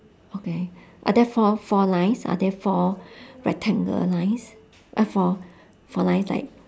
okay are there four four lines are there four rectangle lines uh four four lines like